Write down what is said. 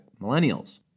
millennials